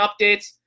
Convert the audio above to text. Updates